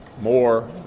more